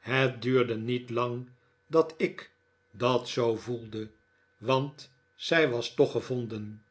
het duurde niet lang dat ik dat zoo voelde want zij was toch gevonden